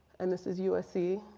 and this is usc,